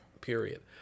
period